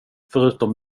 förutom